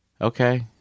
okay